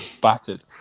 battered